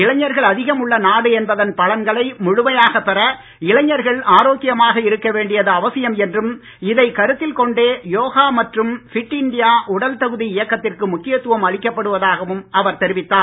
இளைஞர்கள் அதிகம் உள்ள நாடு என்பதன் பலன்களை முழுமையாக பெற இளைஞர்கள் ஆரோக்கியமாக இருக்க வேண்டியது அவசியம் என்றும் இதை கருத்தில் கொண்டே யோகா மற்றும் ஃபிட் இண்டியா உடல் தகுதி இயக்கத்திற்கு முக்கியத்துவம் தெரிவித்தார்